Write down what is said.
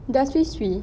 sudah swee swee